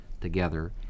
together